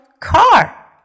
Car